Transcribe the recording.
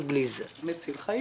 בא משרד האוצר ואומר,